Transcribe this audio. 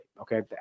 okay